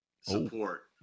support